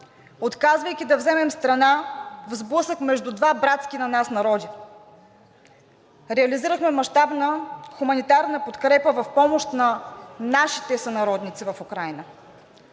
отказвайки да вземем страна в сблъсък между два братски на нас народа. Реализирахме мащабна хуманитарна подкрепа в помощ на нашите сънародници в Украйна.